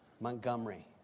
Montgomery